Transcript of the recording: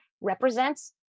represents